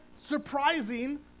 surprising